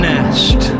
Nest